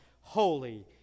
holy